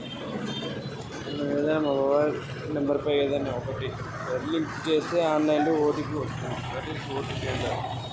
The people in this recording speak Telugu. ఓ.టీ.పి అంటే ఏంటిది?